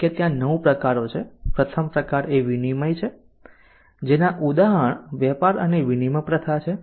જેમ કે ત્યાં 9 પ્રકારો છે પ્રથમ પ્રકાર એ વિનિમય છે જેના ઉદાહરણ વેપાર અને વિનિમય પ્રથા છે